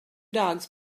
dogs